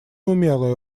умелое